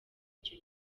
icyo